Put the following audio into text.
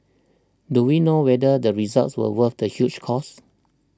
do we know whether the results were worth the huge cost